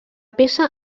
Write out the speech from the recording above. peça